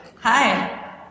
Hi